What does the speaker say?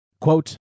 Quote